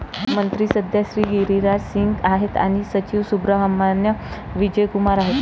मंत्री सध्या श्री गिरिराज सिंग आहेत आणि सचिव सुब्रहमान्याम विजय कुमार आहेत